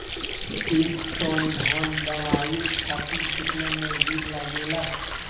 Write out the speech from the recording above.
एक टन धान दवावे खातीर केतना मजदुर लागेला?